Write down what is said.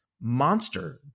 Monster